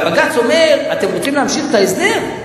והבג"ץ אומר: אתם רוצים להמשיך את ההסדר?